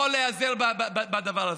הוא יכול להיעזר בדבר הזה.